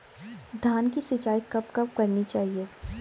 धान की सिंचाईं कब कब करनी चाहिये?